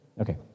Okay